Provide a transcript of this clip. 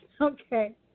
Okay